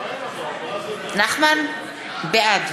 בעד